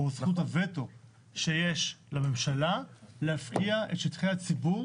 זכות הוטו שיש לממשלה להפקיע את שטחי הציבור